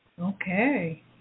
Okay